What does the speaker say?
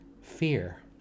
fear